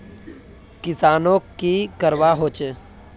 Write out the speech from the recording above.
किसानोक की करवा होचे?